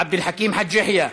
עבד אל חכים חאג' יחיא,